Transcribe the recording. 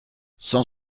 cent